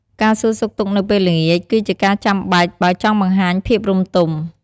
ការសួរសុខទុក្ខនៅពេលល្ងាច គឺជាការចាំបាច់ បើចង់បង្ហាញភាពរម្យទម។